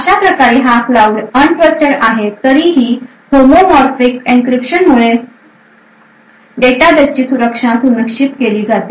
अशाप्रकारे हा cloud untrusted आहे तरीही होमोरोफिक एनक्रिप्शनमुळे डेटाबेसची सुरक्षा सुनिश्चित केली जाते